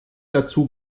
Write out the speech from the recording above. dazu